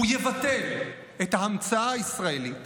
הוא יבטל את ההמצאה הישראלית